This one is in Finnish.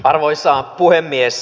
arvoisa puhemies